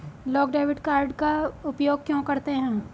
लोग debit card का उपयोग क्यों करते हैं?